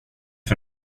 för